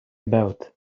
about